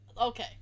Okay